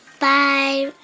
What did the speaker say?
bye.